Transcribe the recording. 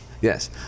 Yes